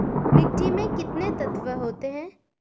मिट्टी में कितने तत्व होते हैं?